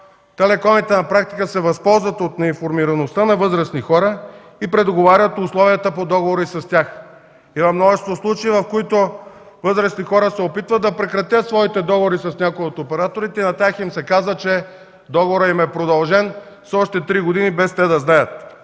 Телекомите на практика се възползват от неинформираността на възрастни хора и предоговарят условията по договори с тях. Има множество случаи, в които възрастните хора се опитват да прекратят своите договори с някои от операторите. На тях им се казва, че договорът им е продължен с още три години, без те да знаят.